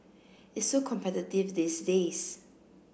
it's so competitive these days